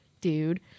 dude